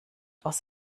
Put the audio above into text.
aus